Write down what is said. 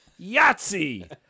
Yahtzee